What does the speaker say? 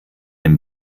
den